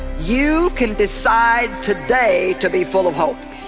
you can decide today to be full of hope